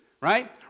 right